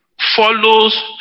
follows